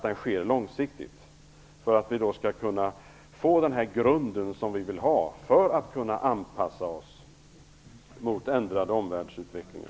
Det är viktigt för att vi skall kunna få den grund som vi vill ha för att kunna anpassa oss efter den ändrade omvärldsutvecklingen.